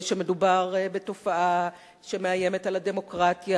שמדובר בתופעה שמאיימת על הדמוקרטיה,